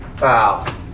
Wow